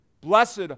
Blessed